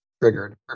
Triggered